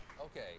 Okay